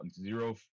zero